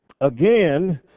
Again